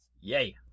Yay